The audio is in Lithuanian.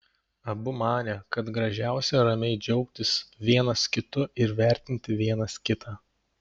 abu manė kad gražiausia ramiai džiaugtis vienas kitu ir vertinti vienas kitą